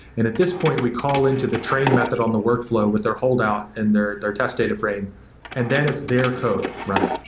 and at this point, we call into the train method on the workflow with their hold out and their their test data frame and then it's their code running,